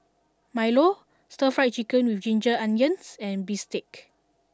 Milo Stir Fry Chicken with Ginger Onions and Bistake